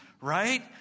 Right